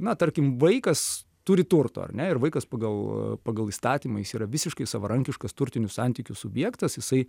na tarkim vaikas turi turto ar ne ir vaikas pagal pagal įstatymą jis yra visiškai savarankiškas turtinių santykių subjektas jisai